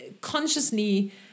Consciously